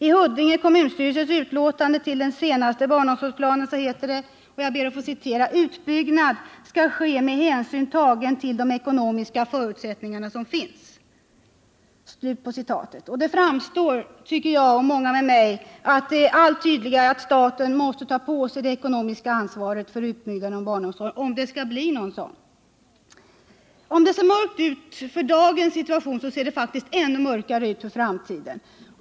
I Huddinge kommunstyrelses utlåtande över den senaste barnomsorgsplanen heter det: ”Utbyggnad skall ske med hänsyn tagen till de ekonomiska förutsättningar som finns.” Det framstår allt tydligare, tycker jag och många med mig, att staten måste ta på sig det ekonomiska ansvaret för utbyggnaden av barnomsorgen om det skall bli någon sådan. Om det ser mörkt ut i dagens situation, så ser det ännu mörkare ut för framtiden.